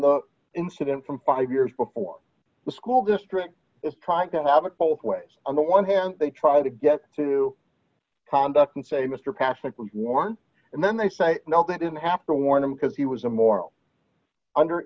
the incident from five years before the school district is trying to have it both ways on the one hand they tried to get to conduct and say mr passenger warned and then they say no they didn't have to warn him because he was a moral under